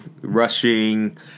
rushing